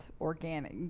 organic